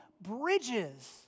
bridges